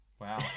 wow